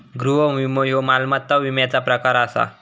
गृह विमो ह्यो मालमत्ता विम्याचा प्रकार आसा